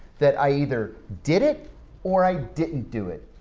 that i either did it or i didn't do it.